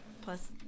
plus